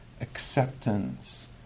acceptance